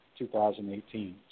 2018